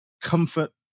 comfort